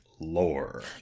lore